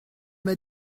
m’a